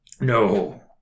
No